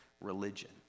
religion